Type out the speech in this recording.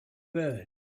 birds